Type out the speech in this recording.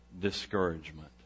Discouragement